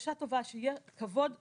הרגשה טובה, שיהיה כבוד לאנשים,